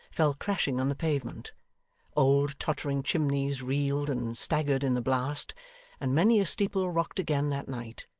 fell crashing on the pavement old tottering chimneys reeled and staggered in the blast and many a steeple rocked again that night,